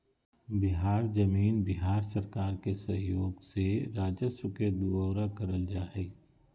बिहार जमीन बिहार सरकार के सहइोग से राजस्व के दुऔरा करल जा हइ